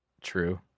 True